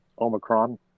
Omicron